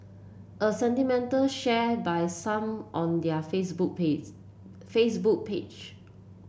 a sentiment share by some on their Facebook page Facebook page